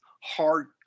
hard